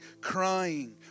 crying